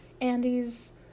Andy's